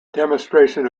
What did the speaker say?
demonstration